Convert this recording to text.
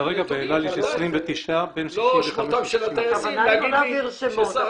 כרגע באל על יש 29. הכוונה היא לא להעביר שמות.